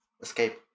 escape